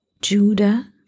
Judah